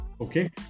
Okay